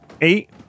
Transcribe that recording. Eight